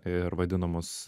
ir vadinamus